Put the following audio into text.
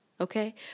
Okay